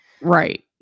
Right